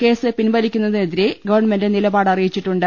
case പിൻവലിക്കുന്നതിനെതിരെ government നിലപാട് അറിയിച്ചിട്ടുണ്ട്